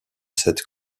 cette